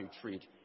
treat